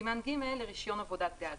וסימן ג' לרישיון עבודת גז.